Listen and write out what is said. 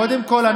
קודם כול,